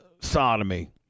Sodomy